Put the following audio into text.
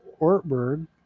Ortberg